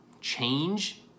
change